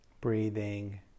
Breathing